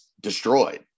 destroyed